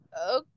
okay